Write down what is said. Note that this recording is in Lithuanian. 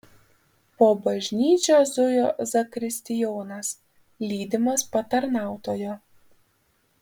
po bažnyčią zujo zakristijonas lydimas patarnautojo